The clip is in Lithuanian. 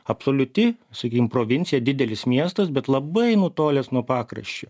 absoliuti sakykim provincija didelis miestas bet labai nutolęs nuo pakraščio